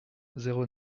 zéro